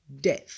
death